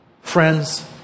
friends